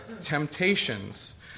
temptations